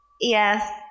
yes